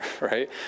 right